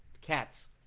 Cats